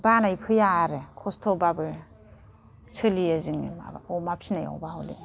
बानाय फैया आरो खस्थ'बाबो सोलियो जोङो माबाखौ अमा फिसिनायावबा हले